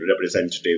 representative